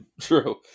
true